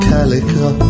Calico